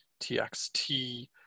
TXT